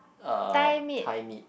uh thigh meat